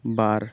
ᱵᱟᱨ